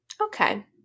Okay